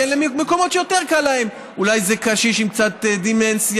למקומות שיותר קל להם: אולי זה קשיש עם קצת דמנציה,